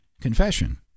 confession